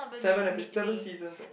seven epi~ seven seasons eh